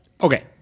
Okay